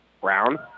Brown